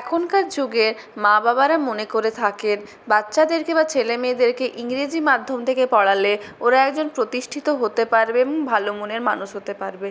এখনকার যুগের মা বাবারা মনে করে থাকেন বাচ্চাদেরকে বা ছেলেমেয়েদেরকে ইংরেজি মাধ্যম থেকে পড়ালে ওরা একজন প্রতিষ্ঠিত হতে পারবেন ভালো মনের মানুষ হতে পারবে